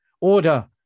order